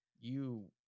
You-